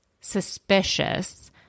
suspicious